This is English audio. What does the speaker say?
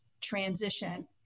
transition